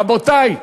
רבותי,